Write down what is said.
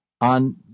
on